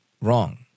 Wrong